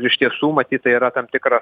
iš tiesų matyt tai yra kam tikras